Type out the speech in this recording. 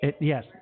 Yes